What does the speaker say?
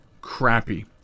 crappy